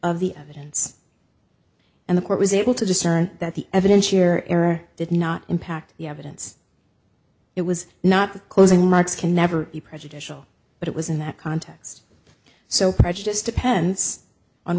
of the evidence and the court was able to discern that the evidence your error did not impact the evidence it was not the closing remarks can never be prejudicial but it was in that context so i just depends on